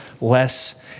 less